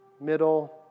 middle